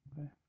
Okay